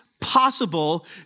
possible